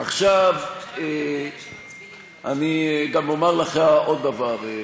עכשיו אני גם אומר לך עוד דבר.